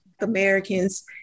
Americans